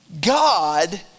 God